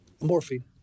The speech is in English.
morphine